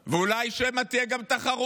אולי, שמא תהיה גם תחרות,